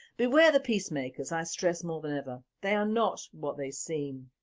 beware the peacemakers i stress more than ever, they are not what they seem.